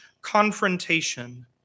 confrontation